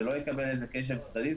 זה לא יקבל קשב צדדי,